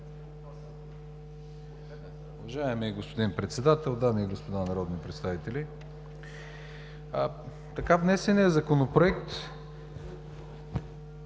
Уважаеми господин Председател, дами и господа народни представители! Така внесеният Законопроект